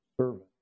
servant